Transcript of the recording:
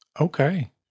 Okay